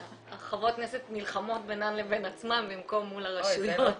חברות הכנסת נלחמות בינן לבין עצמות במקום מול הרשויות.